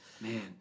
Man